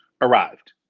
arrived